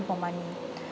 you for money